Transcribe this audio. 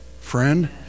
friend